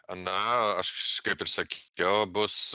na aš kaip ir sak kiau bus